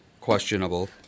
questionable